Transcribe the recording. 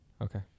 Okay